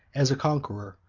as a conqueror,